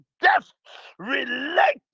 death-related